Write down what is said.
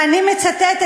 ואני מצטטת,